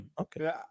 okay